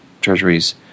treasuries